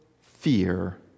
fear